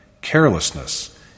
carelessness